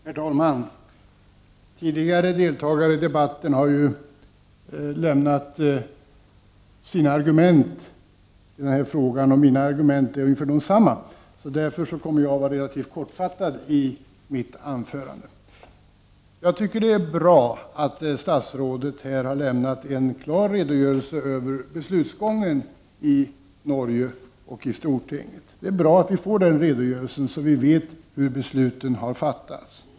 Herr talman! Tidigare deltagare i debatten har lämnat sina argument i denna fråga. Mina argument är ungefär desamma, och därför kommer jag att vara relativt kortfattad i mitt anförande. Det är bra att statsrådet här har lämnat en klar redogörelse över beslutsgången i Norge ochi stortinget. Det är bra att vi får den redogörelsen, så att vi vet hur besluten har fattats.